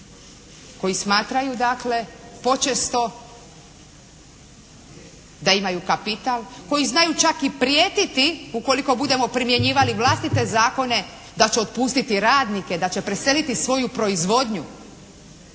koji smatraju dakle, počesto da imaju kapital, koji znaju čak i prijetiti ukoliko budemo primjenjivali vlastite zakone da će otpustiti radnike, da će preseliti svoju proizvodnju.